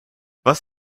was